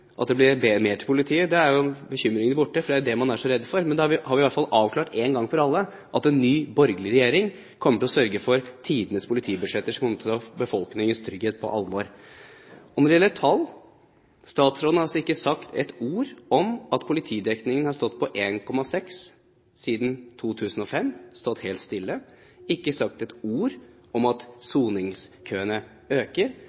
at det blir mer til politiet, er jo bekymringene borte, for det er jo det man er så redd for. Men da har vi i hvert fall avklart én gang for alle at en ny borgerlig regjering kommer til å sørge for tidenes politibudsjetter, som kommer til å ta befolkningens trygghet på alvor. Når det gjelder tall: Statsråden har altså ikke sagt ett ord om at politidekningen har stått på 1,6 siden 2005, stått helt stille, ikke sagt ett ord om at soningskøene øker.